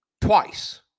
twice